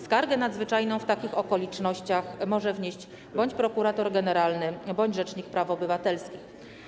Skargę nadzwyczajną w takich okolicznościach może wnieść bądź prokurator generalny, bądź rzecznik praw obywatelskich.